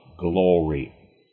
glory